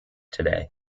today